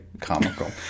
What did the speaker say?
comical